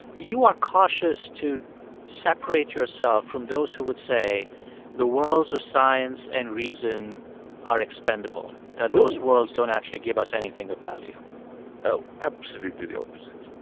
you are cautious to separate yourself from those who would say the worlds of science and reason are expendable, that those worlds don't actually give us anything of value ah absolutely the opposite,